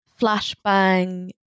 flashbang